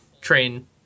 train